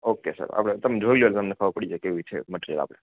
okay sir આપણે તમે જોઈ લ્યો એટલે ખબર પડી જાયે કેવી છે મટરીયલ આવે